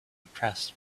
impressed